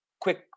quick